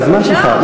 זה הזמן שלך,